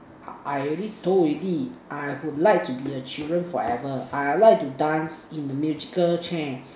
I I already told already I would like to be a children forever I would like to dance in the musical chair